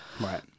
right